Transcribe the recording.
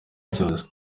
byose